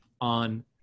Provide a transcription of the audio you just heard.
on